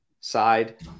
side